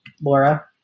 Laura